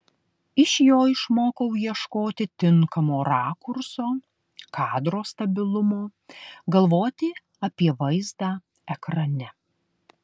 iš jo išmokau ieškoti tinkamo rakurso kadro stabilumo galvoti apie vaizdą ekrane